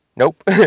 Nope